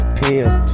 pills